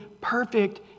perfect